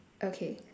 okay